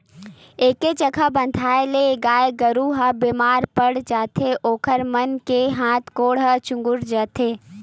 एके जघा बंधाए ले गाय गरू ह बेमार पड़ जाथे ओखर मन के हात गोड़ ह चुगुर जाथे